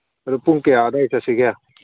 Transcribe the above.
ꯑꯗꯨ ꯄꯨꯡ ꯀꯌꯥ ꯑꯗꯥꯏꯗ ꯆꯠꯁꯤꯒꯦ